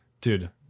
Dude